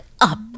up